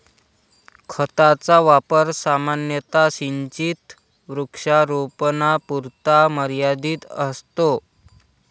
खताचा वापर सामान्यतः सिंचित वृक्षारोपणापुरता मर्यादित असतो